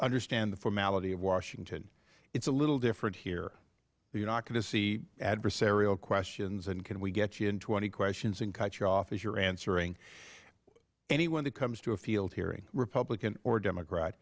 understand the formality of washington it's a little different here you're not going to see adversarial questions and can we get you in twenty questions and cut you off as you're answering anyone that comes to a field hearing republican or democrat